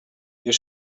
you